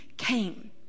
Came